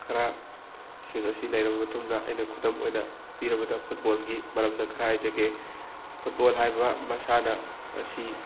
ꯈꯔ ꯁꯤꯡ ꯑꯁꯤ ꯂꯩꯔꯕ ꯃꯇꯨꯡꯗ ꯑꯩꯅ ꯈꯨꯗꯝ ꯑꯣꯏꯅ ꯄꯤꯔꯕꯗ ꯐꯨꯠꯕꯣꯜꯒꯤ ꯃꯔꯝꯗ ꯈꯔ ꯍꯥꯏꯖꯒꯦ ꯐꯨꯠꯕꯣꯜ ꯍꯥꯏꯕ ꯃꯁꯥꯟꯅ ꯑꯁꯤ